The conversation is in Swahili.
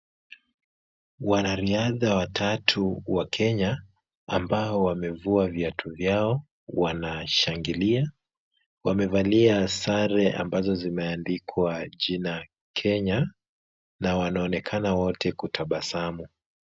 Wanariadha watatu wa Kenya ambao wamevua viatu vyao wanashangilia. Wamevalia sare ambazo zimeandikwa jina Kenya na wanaonekana wote kutabasamu.